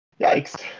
Yikes